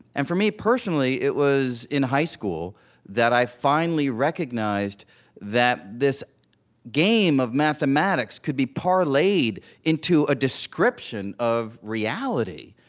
and for me, personally, it was in high school that i finally recognized that this game of mathematics could be parlayed into a description of reality.